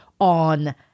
on